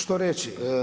Što reći.